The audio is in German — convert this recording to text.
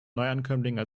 neuankömmlingen